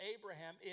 Abraham